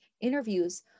interviews